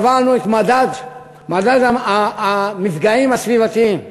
קבענו את מדד המפגעים הסביבתיים.